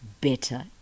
better